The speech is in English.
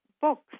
books